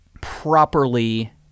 properly